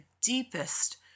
deepest